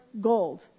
gold